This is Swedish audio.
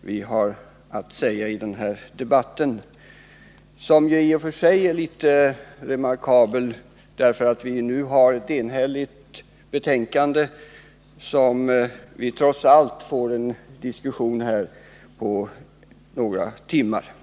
vi har att säga i den här debatten — som i och för sig är litet remarkabel därför att vi här har ett enhälligt betänkande som vi trots allt får en diskussion om under några timmar.